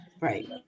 right